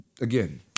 again